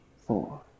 four